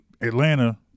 Atlanta